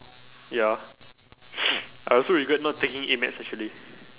ya I also regret not taking A maths actually